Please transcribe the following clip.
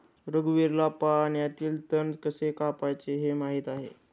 रघुवीरला पाण्यातील तण कसे कापायचे हे माहित आहे